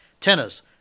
tennis